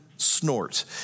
Snort